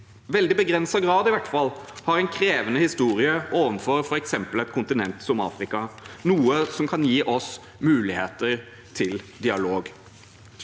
veldig begrenset grad har en krevende historie overfor f.eks. et kontinent som Afrika, noe som kan gi oss muligheter for dialog.